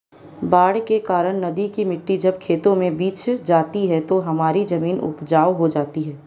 बाढ़ के कारण नदी की मिट्टी जब खेतों में बिछ जाती है तो हमारी जमीन उपजाऊ हो जाती है